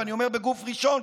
ואני אומר בגוף ראשון,